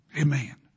Amen